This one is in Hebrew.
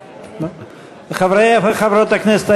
חברי וחברות הכנסת,